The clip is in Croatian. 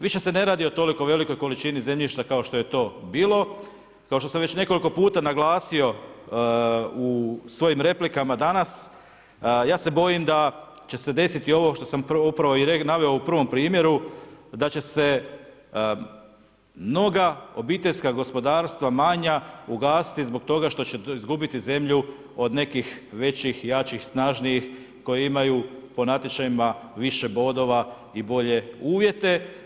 Više se ne radi o toliko velikoj količini zemljišta kao što je to bilo, kao što sam već nekoliko puta naglasio u svojim replikama danas, ja se bojim da će se desiti i ovo što sam upravo i naveo u prvom primjeru, da će se mnoga obiteljska gospodarstva, manja ugasiti zbog toga što će izgubiti zemlju od nekih većih, jačih, snažnijih, koji imaju po natječajima više bodova i bolje uvjete.